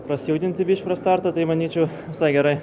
prasijudinti prieš startą tai manyčiau visai gerai